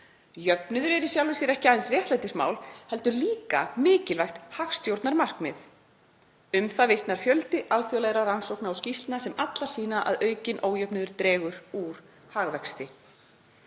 Jöfnuður er í sjálfu sér ekki aðeins réttlætismál heldur líka mikilvægt hagstjórnarmarkmið. Um það vitnar fjöldi alþjóðlegra rannsókna og skýrslna sem allar sýna að aukinn ójöfnuður dregur úr hagvexti.